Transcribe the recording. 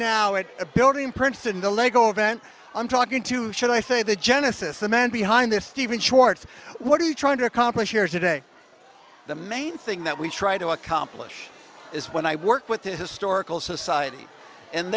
now at a building in princeton the lego vent i'm talking to should i say the genesis the man behind this steven schwartz what are you trying to accomplish here today the main thing that we try to accomplish is when i work with the historical society and